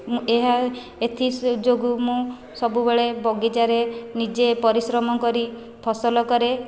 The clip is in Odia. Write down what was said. ମୁଁ ଏହା ଏଥି ଯୋଗୁଁ ମୁଁ ସବୁବେଳେ ବଗିଚାରେ ନିଜେ ପରିଶ୍ରମ କରି ଫସଲ କରେ